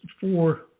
four –